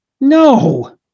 No